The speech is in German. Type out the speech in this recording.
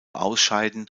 ausscheiden